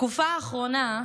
בתקופה האחרונה,